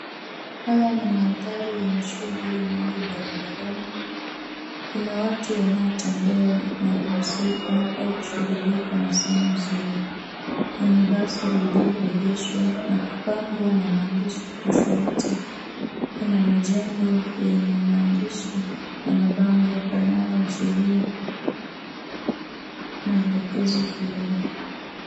Haya ni mandhari yenye shughuli nyingi barabarani. Kuna watu wanaotembea na kuhusika au kushughulika na simu zao. Kuna basi lililoegeshwa na kupambwa na maandishi tofauti. Kuna majengo yenye maandishi na mabango yanayoashiria maelekezo fulani.